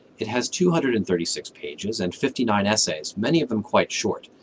it has two hundred and thirty six pages and fifty nine essays, many of them quite short.